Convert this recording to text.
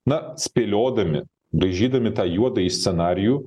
na spėliodami braižydami tą juodąjį scenarijų